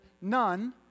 none